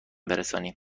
برسانیم